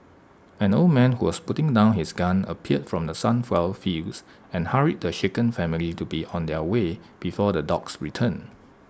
an old man who was putting down his gun appeared from the sunflower fields and hurried the shaken family to be on their way before the dogs return